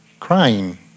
crying